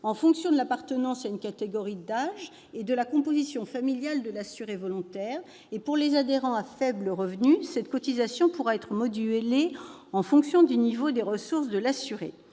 en fonction de l'appartenance à une catégorie d'âge et de la composition familiale de l'assuré volontaire, et, pour les adhérents à faibles revenus, cette cotisation pourra être modulée en fonction du niveau des ressources de l'assuré.